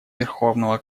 верховного